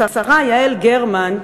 השרה יעל גרמן,